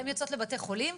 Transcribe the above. הן יוצאות לבתי חולים,